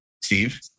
Steve